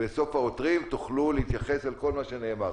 בסוף דברי העותרים תוכלו להתייחס לכל מה שנאמר.